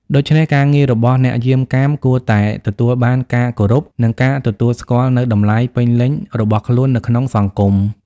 ដូច្នេះ ការងាររបស់អ្នកយាមកាមគួរតែទទួលបានការគោរព និងការទទួលស្គាល់នូវតម្លៃពេញលេញរបស់ខ្លួននៅក្នុងសង្គម។